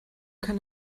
can